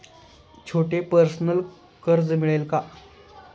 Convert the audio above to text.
छोटे पर्सनल कर्ज मिळेल का?